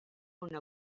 una